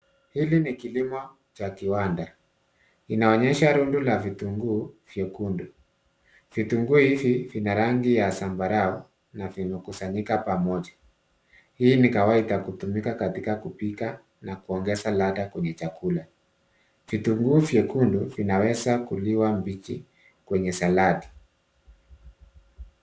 Hili ni kilimo cha kiwanda. Inaonyesha rundu la vitunguu vyekundu. Vitunguu hivi vina rangi ya zambarau na vimekusanyika pamoja. Hii ni kawaida kutumika katika kupika, na kuongeza ladhaa kwenye chakula. Vitunguu vyekundu, vinaweza kuliwa mbichi kwenye saladi.